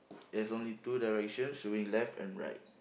there's only two direction moving left and right